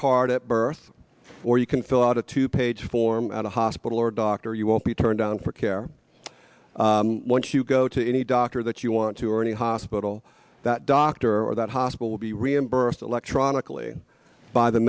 card at birth or you can fill out a two page form at a hospital or doctor you won't be turned down for care once you go to any doctor that you want to or any hospital that doctor or that hospital will be reimbursed electronically by the